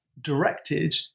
directed